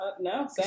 no